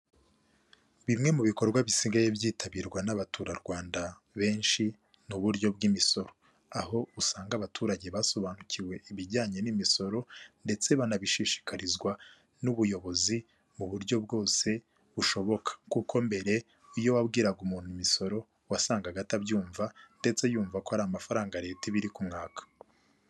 Bimwe mu bikorwa bisigaye byitabirwa n'abaturarwanda benshi mu buryo bw'imisoro, aho usanga abaturage basobanukiwe ibijyanye n'imisoro ndetse banabishishikarizwa n'ubuyobozi mu buryo bwose bushoboka kuko mbere iyo wabwiraga umuntu imisoro wasangaga atabyumva ndetse yumva ko ari mafaranga Leta ibiri ku mwaka.